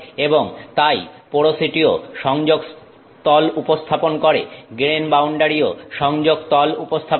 এবং তাই পোরোসিটিও সংযোগতল উপস্থাপন করে গ্রেন বাউন্ডারিও সংযোগতল উপস্থাপন করে